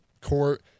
court